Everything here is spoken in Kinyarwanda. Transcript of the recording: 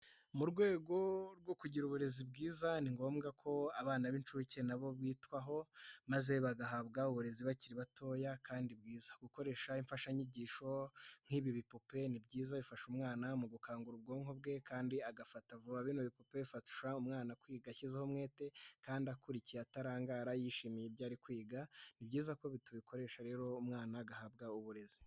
Mu rwego rwo kugira uburezi bwiza ni ngombwa ko abana b'incuke nabo bitwaho maze bagahabwa uburezi bakiri batoya kandi bwiza. Gukoresha imfashanyigisho nk'ibi bipupe ni byiza bifasha umwana mu gukangura ubwonko bwe kandi agafata vuba. Bino bipope bifasha umwana kwiga ashyizeho umwete kandi akurikiye atarangara yishimiye ibyo ari kwiga. Ni byiza ko ibi tubikoresha rero umwana agahabwa uburezi.